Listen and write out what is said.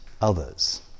others